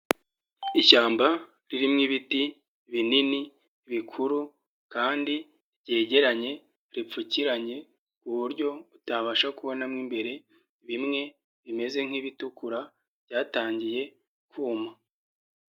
Ishyamba ririmo ibiti binini bikuru kandi ryegeranye ripfukiranye ku buryo utabasha kubonamo imbere, bimwe bimeze nk'ibitukura byatangiye kuma.